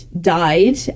died